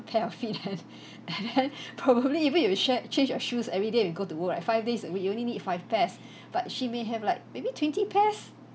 pair of feet and probably even if you sha~ change your shoes everyday we go to work right five days a week you only need five pairs but she may have like maybe twenty pairs